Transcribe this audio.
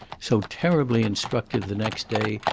so terribly instructive the next day,